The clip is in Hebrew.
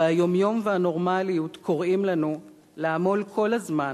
והיום-יום והנורמליות קוראים לנו לעמול כל הזמן